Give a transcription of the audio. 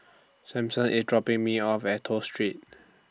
Samson IS dropping Me off At Toh Street